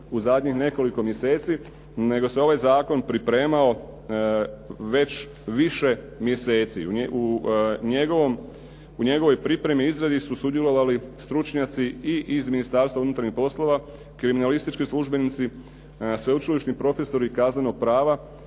u zadnjih nekoliko mjeseci, nego se ovaj zakon pripremao već više mjeseci. U njegovoj pripremi i izradi su sudjelovali stručnjaci i iz Ministarstva unutarnjih poslova, kriminalistički službenici, sveučilišni profesori kaznenog prava,